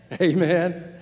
Amen